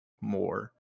more